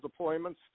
deployments